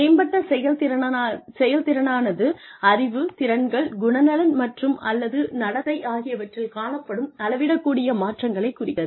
மேம்பட்ட செயல்திறனானது அறிவு திறன்கள் குணநலன் மற்றும் அல்லது நடத்தை ஆகியவற்றில் காணப்படும் அளவிடக்கூடிய மாற்றங்களை குறிக்கிறது